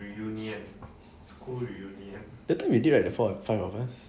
that time you did right like the four five of us